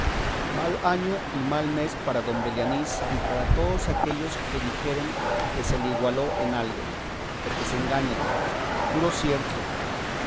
mal año y mal mes para don belianís y para todos aquellos que dijeren que se le igualó en algo porque se engañan juro cierto